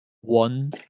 one